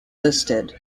listed